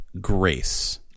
grace